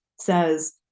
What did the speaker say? says